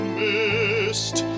mist